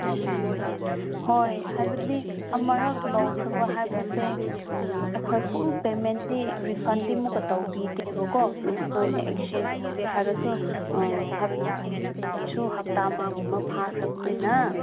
ꯎꯝ ꯍꯣꯏ ꯍꯥꯏꯕꯗꯤ ꯑꯃꯨꯔꯛ ꯂꯧꯈ꯭ꯔꯕ ꯍꯥꯏꯕꯁꯦ ꯑꯩꯈꯣꯏ ꯐꯨꯜ ꯄꯦꯃꯦꯟꯗꯤ ꯔꯤꯐꯟꯗꯤ ꯑꯃꯨꯛꯀ ꯇꯧꯕꯤꯗꯦꯕꯀꯣ ꯅꯣꯏꯅ ꯑꯦꯛꯆꯦꯟꯁ ꯇꯧꯒꯦ ꯍꯥꯏꯔꯁꯨ ꯍꯥꯏꯕꯗꯤ ꯅꯪꯒꯤꯁꯨ ꯍꯞꯇꯥ ꯑꯃꯒꯨꯝꯕ ꯐꯥꯈ꯭ꯔꯕꯅꯤꯅ